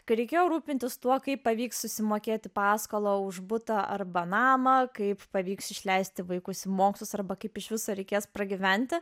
kai reikėjo rūpintis tuo kaip pavyks susimokėti paskolą už butą arba namą kaip pavyks išleisti vaikus į mokslus arba kaip iš viso reikės pragyventi